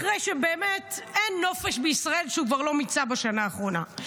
אחרי שבאמת אין נופש בישראל שהוא לא מיצה בשנה האחרונה.